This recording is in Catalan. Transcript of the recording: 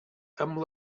amb